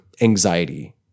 anxiety